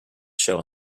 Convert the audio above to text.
show